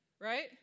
Right